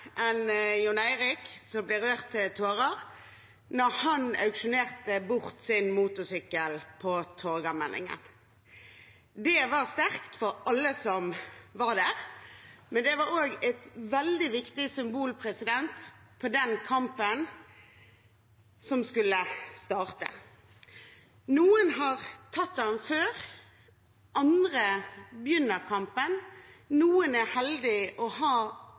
Jon Eirik som ble rørt til tårer da han auksjonerte bort sin motorsykkel på Torgallmenningen. Det var sterkt for alle som var der, men det var også et veldig viktig symbol på den kampen som skulle starte. Noen har tatt den før, andre begynner kampen, noen er